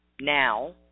Now